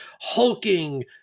hulking